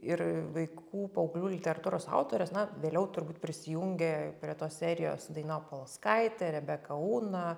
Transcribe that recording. ir vaikų paauglių literatūros autorės na vėliau turbūt prisijungė prie tos serijos daina opolskaitė rebeka una